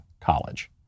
college